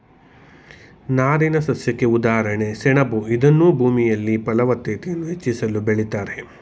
ನಾರಿನಸಸ್ಯಕ್ಕೆ ಉದಾಹರಣೆ ಸೆಣಬು ಇದನ್ನೂ ಭೂಮಿಯಲ್ಲಿ ಫಲವತ್ತತೆಯನ್ನು ಹೆಚ್ಚಿಸಲು ಬೆಳಿತಾರೆ